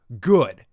good